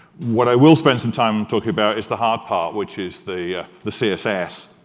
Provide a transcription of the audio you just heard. what i will spend some time talking about is the hard part, which is the the css,